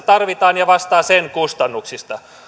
tarvitaan ja vastaa sen kustannuksista